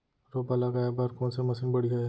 रोपा लगाए बर कोन से मशीन बढ़िया हे?